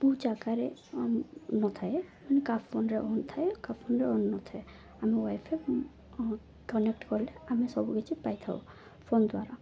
ବହୁ ଜାଗାରେ ନଥାଏ ମାନେ କାହା ଫୋନରେ ଅନ୍ ଥାଏ କାହା ଫୋନରେ ଅନ୍ ନଥାଏ ଆମେ ୱାଇ ଫାଇ କନେକ୍ଟ କଲେ ଆମେ ସବୁକିଛି ପାଇଥାଉ ଫୋନ ଦ୍ୱାରା